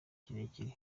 kirekire